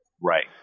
right